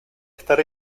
estar